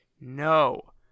no